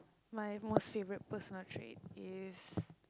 my most favourite personal trait is